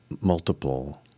multiple